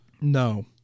No